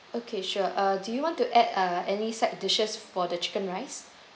okay sure uh do you want to add uh any side dishes for the chicken rice